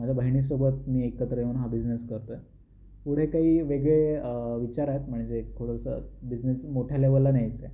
माझ्या बहिणीसोबत मी एकत्र येऊन हा बिजनेस करतो आहे पुढे काही वेगळे विचार आहेत म्हणजे थोडंसं बिजनेस मोठ्या लेवलला न्यायचा आहे